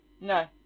No